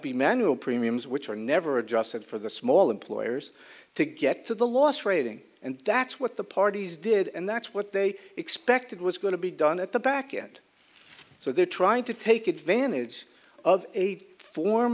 be manual premiums which were never adjusted for the small employers to get to the last rating and that's what the parties did and that's what they expected was going to be done at the back end so they're trying to take advantage of aid form